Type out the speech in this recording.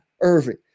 Irving